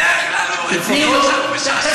בדרך כלל הוא רציני, עכשיו הוא משעשע.